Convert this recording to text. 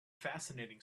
fascinating